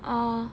oh